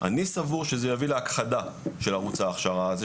אני סבור שזה יביא להכחדה של ערוץ ההכשרה הזה,